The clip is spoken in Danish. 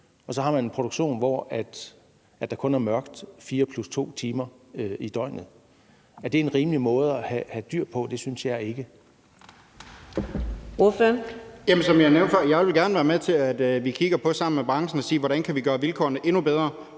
og så har man en produktion, hvor der kun er mørkt 4 plus 2 timer i døgnet. Er det en rimelig måde at have dyr på? Det synes jeg ikke.